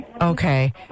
Okay